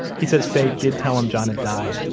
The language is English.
he says faye did tell him john had died,